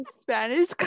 Spanish